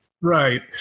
right